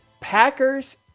Packers